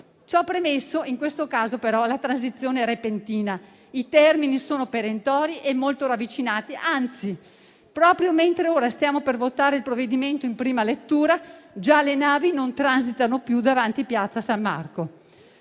Ciò premesso, in questo caso, però, la transizione è repentina, i termini sono perentori e molto ravvicinati. Anzi, proprio ora, mentre stiamo per votare il provvedimento in prima lettura, già le navi non transitano più davanti a Piazza San Marco.